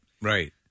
Right